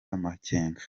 amakenga